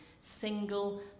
single